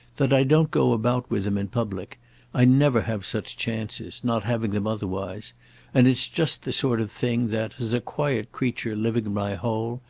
that i don't go about with him in public i never have such chances not having them otherwise and it's just the sort of thing that, as a quiet creature living in my hole,